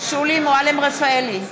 השקט באולם.